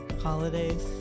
holidays